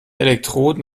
elektroden